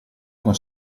con